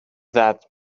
that